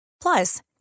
Plus